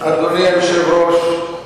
אדוני היושב-ראש,